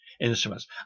instruments